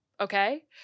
okay